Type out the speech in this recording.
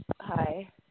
Hi